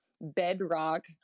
bedrock